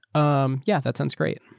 um yeah, that sounds great.